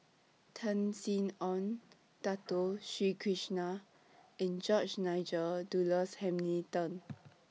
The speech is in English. Tan Sin Aun Dato Sri Krishna and George Nigel Douglas Hamilton